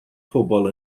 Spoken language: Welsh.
pobl